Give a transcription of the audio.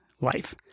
life